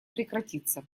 прекратиться